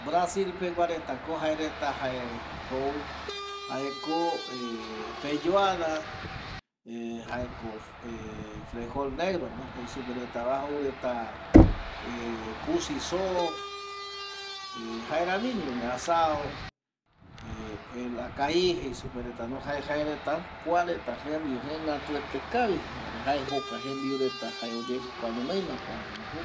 Brasil pegua reta jaereta ko jou felloada, cusi zo ˂Hesitation˃ jaeramiño vi asado ˂Hesitation˃ la kai jeisupe va, kua reta y jembiu ko jegatu kavi jaema oyepokuama jou reta